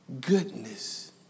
goodness